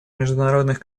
международных